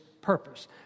purpose